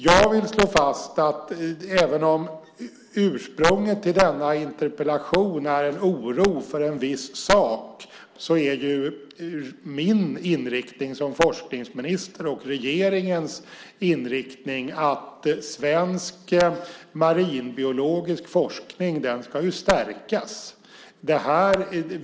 Jag vill slå fast att även om ursprunget till denna interpellation är en oro för en viss sak är min inriktning som forskningsminister och regeringens inriktning att svensk marinbiologisk forskning ska stärkas.